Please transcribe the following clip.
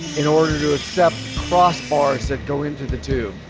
in order to accept crossbars that go into the tube,